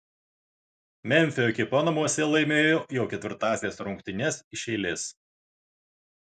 memfio ekipa namuose laimėjo jau ketvirtąsias rungtynes iš eilės